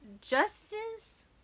Justice